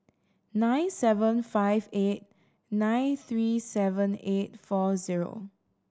nine seven five eight nine three seven eight four zero